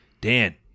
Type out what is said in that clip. Dan